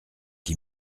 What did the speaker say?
qui